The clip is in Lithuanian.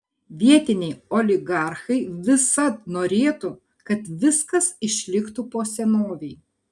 vietiniai oligarchai visad norėtų kad viskas išliktų po senovei